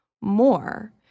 more